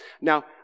Now